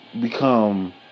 ...become